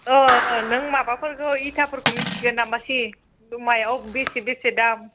औ औ नों माबाफोरखौ इथाफोरखौ मिथिगोन नामा सि मायाव बेसे बेसे दाम